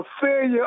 failure